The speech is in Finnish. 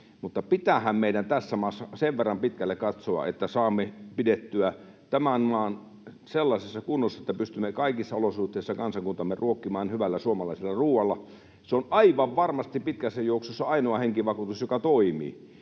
Mutta pitäähän meidän tässä maassa sen verran pitkälle katsoa, että saamme pidettyä tämän maan sellaisessa kunnossa, että pystymme kaikissa olosuhteissa kansakuntamme ruokkimaan hyvällä suomalaisella ruoalla. Se on aivan varmasti pitkässä juoksussa ainoa henkivakuutus, joka toimii.